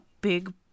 big